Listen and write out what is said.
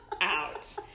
out